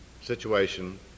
situation